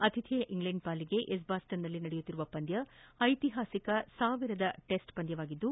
ಆತಿಥೇಯ ಇಂಗ್ಲೆಂಡ್ ಪಾಲಿಗೆ ಎಜ್ಬಾಸ್ಸನ್ನಲ್ಲಿ ನಡೆಯುತ್ತಿರುವ ಪಂದ್ಲ ಐತಿಹಾಸಕ ಸಾವಿರದ ಟೆಸ್ಟ್ ಪಂದ್ಲವಾಗಿದ್ದು